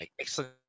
excellent